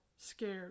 scared